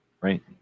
Right